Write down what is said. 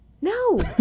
No